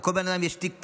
לכל אדם יש תיק פנסיוני,